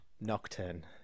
Nocturne